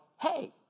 hey